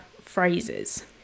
phrases